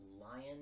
lion